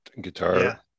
guitar